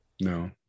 No